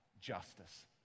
justice